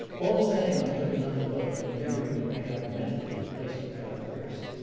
all the same i took another look, endeavoring to pick out mentally the place to try first,